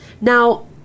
Now